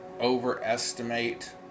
overestimate